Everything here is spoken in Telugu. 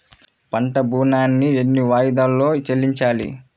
పంట ఋణాన్ని ఎన్ని వాయిదాలలో చెల్లించాలి?